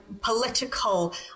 political